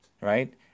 Right